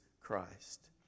Christ